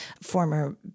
former